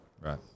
Right